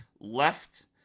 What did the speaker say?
left